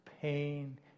pain